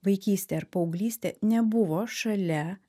vaikystė ar paauglystė nebuvo šalia